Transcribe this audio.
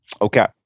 Okay